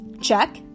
Check